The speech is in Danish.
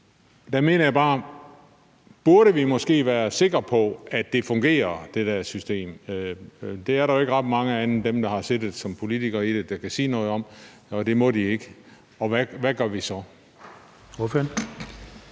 Der minder jeg bare om, at vi måske burde være sikre på, at det der system fungerer. Det er der jo ikke ret mange andre end dem der har siddet som politikere i det der kan sige noget om, og det må de ikke, og hvad gør vi så?